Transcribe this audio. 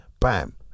bam